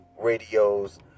radio's